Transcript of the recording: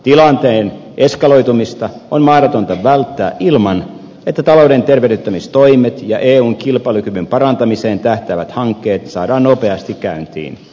tilanteen eskaloitumista on mahdotonta välttää ilman että talouden tervehdyttämistoimet ja eun kilpailukyvyn parantamiseen tähtäävät hankkeet saadaan nopeasti käyntiin